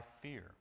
fear